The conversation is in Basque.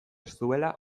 zuela